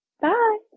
Bye